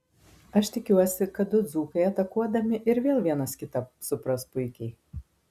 aš tikiuosi kad du dzūkai atakuodami ir vėl vienas kitą supras puikiai